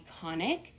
iconic